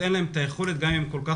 אין להן את היכולת גם אם הן רוצות.